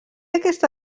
aquesta